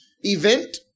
event